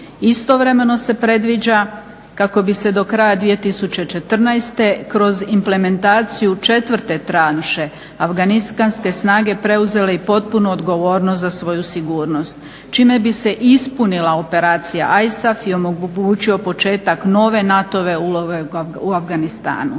Istovremeno se predviđa kako BiH se do kraja 2014. kroz implementaciju četvrte tranše afganistanske snage preuzele i potpunu odgovornost za svoju sigurnost čime bi se ispunila operacija ISAF i omogućio početak nove NATO-ove uloge u Afganistanu.